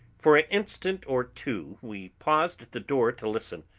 for an instant or two we paused at the door to listen,